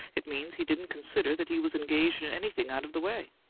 it means he didn't consider that he was engaged in anything out of the way.